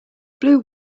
blue